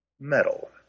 metal